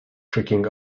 tricking